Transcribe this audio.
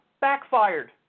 backfired